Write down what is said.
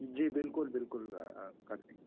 जी बिल्कुल बिल्कुल कर देंगे